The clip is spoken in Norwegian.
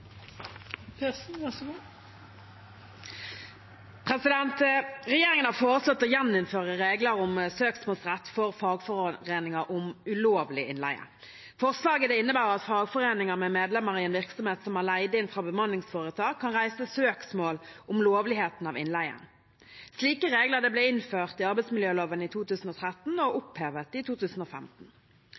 Regjeringen har foreslått å gjeninnføre regler om søksmålsrett for fagforeninger om ulovlig innleie. Forslaget innebærer at fagforeninger med medlemmer i en virksomhet som har leid inn fra bemanningsforetak, kan reise søksmål om lovligheten av innleien. Slike regler ble innført i arbeidsmiljøloven i 2013, og opphevet i 2015.